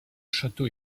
château